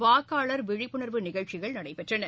வாக்காளர் விழிப்புணர்வு நிகழ்ச்சிகள் நடைபெற்றன